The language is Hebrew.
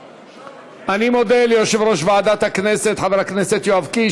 אני מודה ליושב-ראש ועדת הכנסת חבר הכנסת יואב קיש.